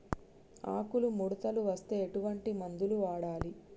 ఆకులు ముడతలు వస్తే ఎటువంటి మందులు వాడాలి?